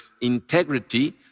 integrity